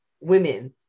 women